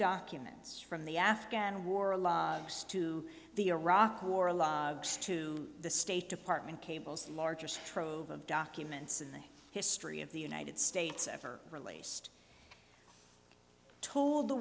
documents from the afghan war ally to the iraq war logs to the state department cables the largest trove of documents in the history of the united states ever released told the